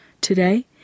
today